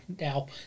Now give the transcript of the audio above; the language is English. Now